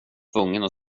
vara